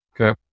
Okay